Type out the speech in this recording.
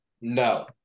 No